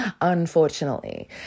unfortunately